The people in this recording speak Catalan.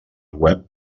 web